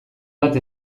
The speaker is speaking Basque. bat